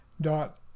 dot